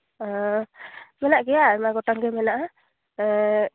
ᱮᱸᱻ ᱢᱮᱱᱟᱜ ᱜᱮᱭᱟ ᱟᱭᱢᱟ ᱜᱚᱴᱟᱝ ᱜᱮ ᱢᱮᱱᱟᱜᱼᱟ ᱮᱸᱻ